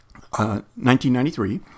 1993